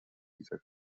dieser